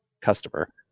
customer